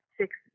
six